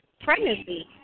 pregnancy